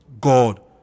God